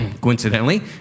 coincidentally